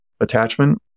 attachment